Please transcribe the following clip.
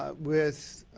ah with